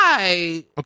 Okay